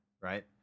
right